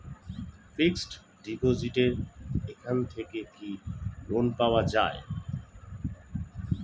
Fix ডিপোজিটের এখান থেকে কি লোন পাওয়া যায়?